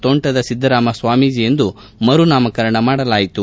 ತೋಂಟದ ಸಿದ್ದರಾಮ ಸ್ಥಾಮೀಜಿ ಎಂದು ಮರು ನಾಮಕರಣ ಮಾಡಲಾಯಿತು